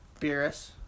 Beerus